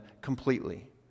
completely